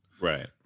Right